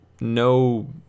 no